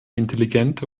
intelligente